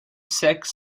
sex